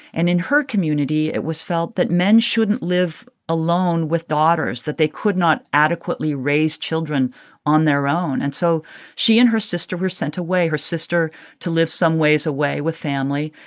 and in her community, it was felt that men shouldn't live alone with daughters, that they could not adequately raise children on their own. and so she and her sister were sent away, her sister to live some ways away with family,